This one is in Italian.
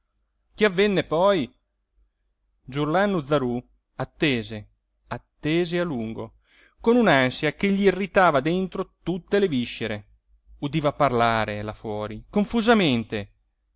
che avvenne poi giurlannu zarú attese attese a lungo con un ansia che gl'irritava dentro tutte le viscere udiva parlare là fuori confusamente